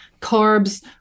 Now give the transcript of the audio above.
carbs